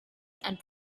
and